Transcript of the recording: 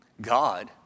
God